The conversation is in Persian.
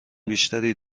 بیشتری